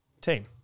team